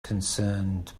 concerned